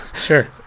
Sure